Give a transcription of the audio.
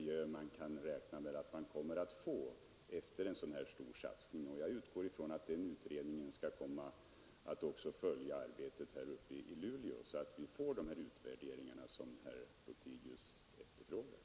Jag utgår från att den utredningen följer arbetet även uppe i Luleå så att vi får de utvärderingar som herr Lothigius efterfrågar.